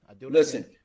Listen